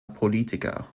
politiker